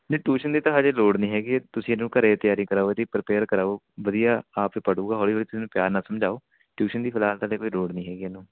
ਨਹੀਂ ਟਿਊਸ਼ਨ ਦੀ ਤਾਂ ਹਜੇ ਲੋੜ ਨਹੀਂ ਹੈਗੀ ਤੁਸੀਂ ਇਹਨੂੰ ਘਰ ਤਿਆਰੀ ਕਰਾਓ ਇਹਦੀ ਪ੍ਰਪੇਅਰ ਕਰਾਓ ਵਧੀਆ ਆਪ ਪੜ੍ਹੇਗਾ ਹੌਲੀ ਹੌਲੀ ਤੁਸੀਂ ਇਹਨੂੰ ਪਿਆਰ ਨਾਲ਼ ਸਮਝਾਓ ਟਿਊਸ਼ਨ ਦੀ ਫਿਲਹਾਲ ਤਾਂ ਹਲੇ ਕੋਈ ਲੋੜ ਨਹੀਂ ਹੈਗੀ ਇਹਨੂੰ